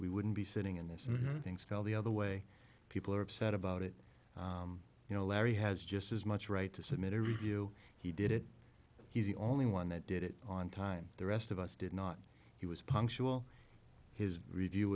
we wouldn't be sitting in this things fell the other way people are upset about it you know larry has just as much right to submit a review he did it he's the only one that did it on time the rest of us did not he was punctual his review